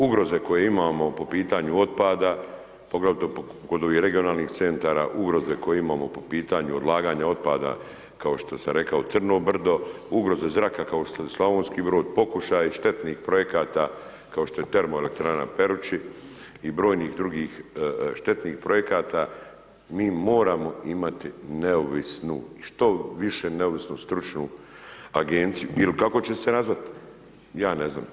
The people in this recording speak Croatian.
Ugroze koje imamo po pitanju otpada, poglavito koje imamo kod ovih regionalnih centara, ugroze koje imamo po pitanju odlaganja otpada kao što sam rekao Crno brdo, ugroze zraka kao što je Slavonski Brod, pokušaj štetnih projekata kao što je termoelektrana u Peruči i brojnih drugih štetnih projekata, mi moramo imati neovisnu, što više neovisnu stručnu Agenciju, il kako će se nazvati, ja ne znam.